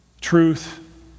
Truth